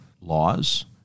laws